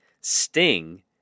Sting